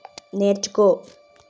నేర్చుకో